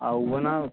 आं उऐ ना